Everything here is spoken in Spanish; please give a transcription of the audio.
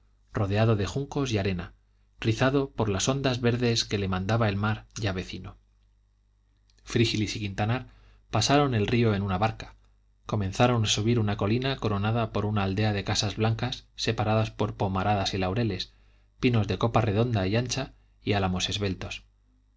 rodeado de juncos y arena rizado por las ondas verdes que le mandaba el mar ya vecino frígilis y quintanar pasaron el río en una barca comenzaron a subir una colina coronada por una aldea de casas blancas separadas por pomaradas y laureles pinos de copa redonda y ancha y álamos esbeltos